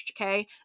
okay